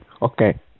Okay